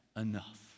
Enough